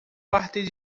partir